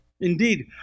Indeed